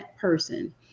person